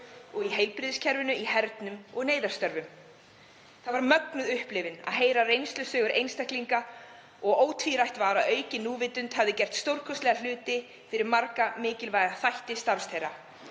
heilbrigðiskerfinu, hernum og neyðarstörfum. Það var mögnuð upplifun að heyra reynslusögur einstaklinga og ótvírætt var að aukin núvitund hafði gert stórkostlega hluti fyrir marga mikilvæga þætti starfs þeirra.